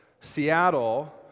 Seattle